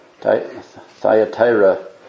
Thyatira